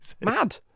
Mad